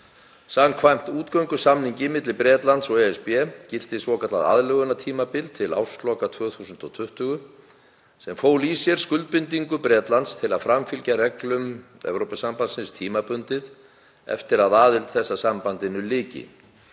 Samkvæmt útgöngusamningi milli Bretlands og ESB gilti svokallað aðlögunartímabil til ársloka 2020 sem fól í sér skuldbindingu Bretlands til að framfylgja reglum ESB tímabundið eftir að aðild þess að sambandinu lyki,